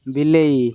ବିଲେଇ